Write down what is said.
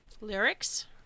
lyrics